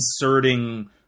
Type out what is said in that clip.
inserting